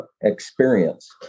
experience